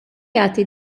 jagħti